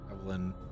Evelyn